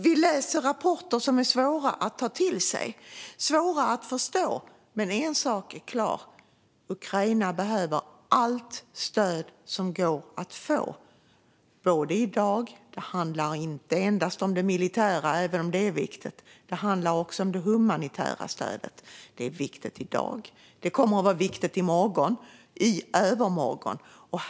Vi läser rapporter därifrån som är svåra att ta till sig och svåra att förstå, men en sak är klar: Ukraina behöver allt stöd som går att få i dag. Det handlar inte endast om det militära, även om det är viktigt, utan också om det humanitära stödet. Det är viktigt i dag. Det kommer att vara viktigt i morgon och i övermorgon.